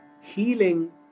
healing